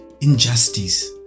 injustice